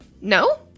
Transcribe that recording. No